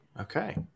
okay